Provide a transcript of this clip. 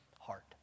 heart